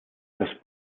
das